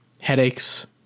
headaches